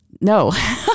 no